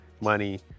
money